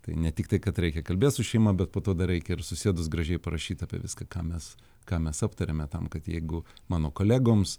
tai ne tik tai kad reikia kalbėt su šeima bet po to dar reikia ir susėdus gražiai parašyt apie viską ką mes ką mes aptarėme tam kad jeigu mano kolegoms